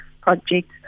projects